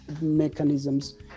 mechanisms